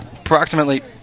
approximately